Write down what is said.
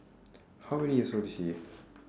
how many years old is she